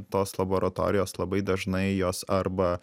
tos laboratorijos labai dažnai jos arba